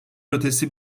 ötesi